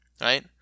right